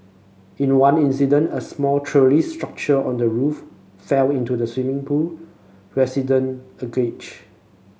in one incident a small trellis structure on the roof fell into the swimming pool resident alleged